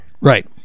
right